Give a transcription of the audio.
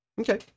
Okay